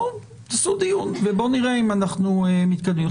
בואו ותעשו דיון ונראה אם אנחנו מתקדמים.